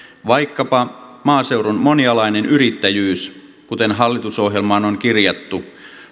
vaikkapa maaseudun monialainen yrittäjyys kuten hallitusohjelmaan on kirjattu